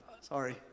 Sorry